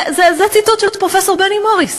זה ציטוט של פרופסור בני מוריס.